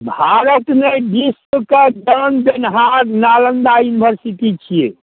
भारतमे विश्वके ज्ञान देनिहार नालन्दा इन्भरसिटी छिए